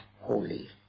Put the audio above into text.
holy